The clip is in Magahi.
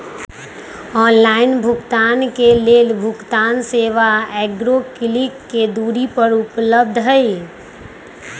ऑनलाइन भुगतान के लेल भुगतान सेवा एगो क्लिक के दूरी पर उपलब्ध हइ